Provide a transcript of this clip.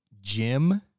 Jim